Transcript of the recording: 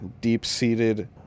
deep-seated